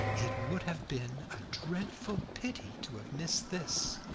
it would have been a dreadful pity to have missed this.